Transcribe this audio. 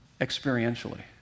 experientially